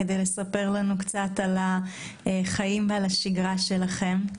כדי לספר לנו קצת על החיים ועל השגרה שלכם.